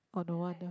oh no wonder